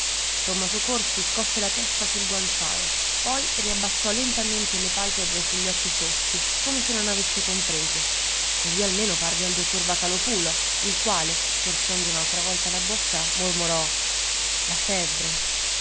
tommaso corsi scosse la testa sul guanciale poi riabbassò lentamente le palpebre su gli occhi foschi come se non avesse compreso così almeno parve al dottor vocalòpulo il quale storcendo un'altra volta la bocca mormorò la febbre